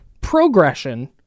Progression